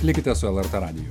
likite su lrt radiju